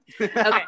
okay